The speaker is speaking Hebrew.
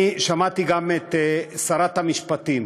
אני שמעתי גם את שרת המשפטים,